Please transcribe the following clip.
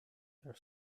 their